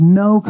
no